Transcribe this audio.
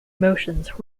motions